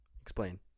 Explain